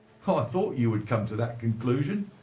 ah thought you would come to that conclusion.